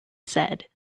said